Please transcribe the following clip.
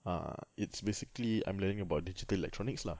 ah it's basically I'm learning about digital electronics lah